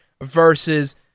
versus